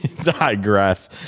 digress